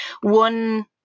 one